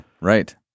right